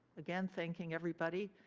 again, thinking everybody.